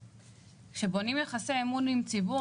כשבונים יחסי אמון עם ציבור,